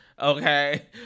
okay